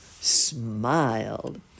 smiled